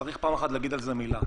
וצריך פעם אחת להגיד מילה על זה.